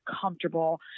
comfortable